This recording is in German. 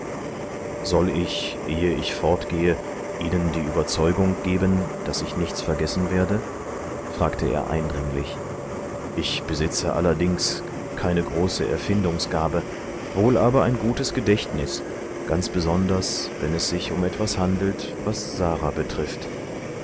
soll ich ehe ich fortgehe ihnen die überzeugung geben daß ich nichts vergessen werde fragteereindringlich ichbesitzeallerdingskeinegroßeerfindungsgabe wohl aber ein gutes gedächtnis ganz besonders wenn es sich um etwas handelt was sara betrifft